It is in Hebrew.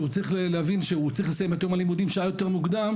צריך להבין שהוא צריך לסיים את יום הלימודים שעה יותר מוקדם,